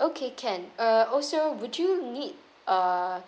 okay can uh also would you need uh